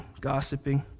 gossiping